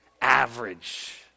average